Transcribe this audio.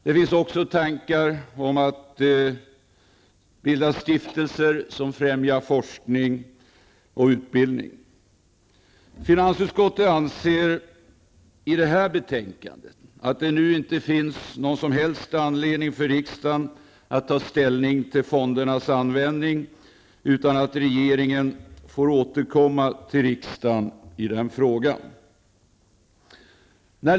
Det finns också tankar om att bilda stiftelser som främjar forskning och utbildning. Finansutskottet framför dock i detta betänkande att det inte nu finns någon som helst anledning för riksdagen att ta ställning till fondernas användning, utan att regeringen får återkomma till riksdagen i den frågan.